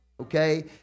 Okay